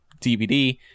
DVD